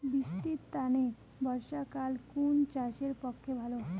বৃষ্টির তানে বর্ষাকাল কুন চাষের পক্ষে ভালো?